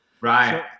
Right